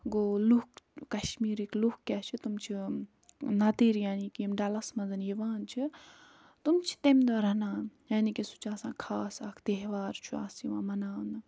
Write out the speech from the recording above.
گوٚو لُکھ کَشمیٖرٕکۍ لُکھ کیٛاہ چھِ تِم چھِ نَدٕرۍ یعنی کہِ یِم ڈَلَس منٛز یِوان چھِ تِم چھِ تَمہِ دۄہ رَنان یعنی کہِ سُہ چھِ آسان خاص اَکھ تہوار چھُ اَسہِ یِوان مناونہٕ